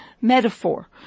metaphor